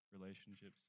relationships